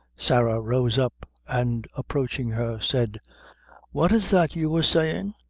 sarah rose up and approaching her, said what is that you wor saying?